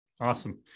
Awesome